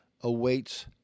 awaits